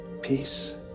peace